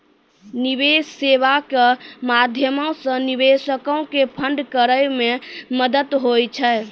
निवेश सेबा के माध्यमो से निवेशको के फंड करै मे मदत होय छै